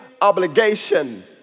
obligation